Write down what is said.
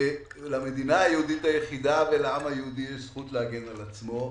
לעם היהודי יש זכות להגן על עצמו.